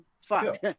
Fuck